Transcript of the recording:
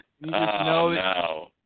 no